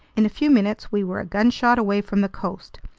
in a few minutes we were a gunshot away from the coast.